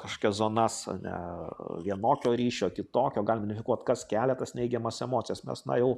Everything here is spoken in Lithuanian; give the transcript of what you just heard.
kažkokias zonas ane vienokio ryšio kitokio galim identifikuot kas kelia tas neigiamas emocijas mes na jau